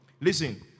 Listen